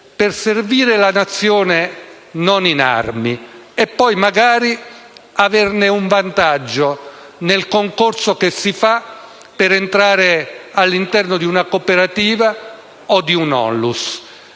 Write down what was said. per servire la nazione non in armi e poi magari averne un vantaggio in un concorso per entrare all'interno di una cooperativa o di una ONLUS.